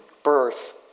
birth